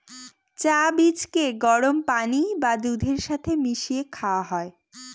চা বীজকে গরম পানি বা দুধের সাথে মিশিয়ে খাওয়া হয়